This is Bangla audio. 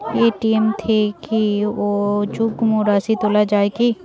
এ.টি.এম থেকে অযুগ্ম রাশি তোলা য়ায় কি?